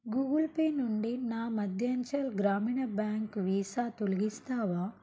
Google pay నుండి నా Madhyanchal Gramin bank visa తొలిగిస్తావా